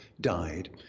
died